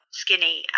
skinny